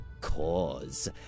cause